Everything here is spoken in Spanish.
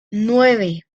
nueve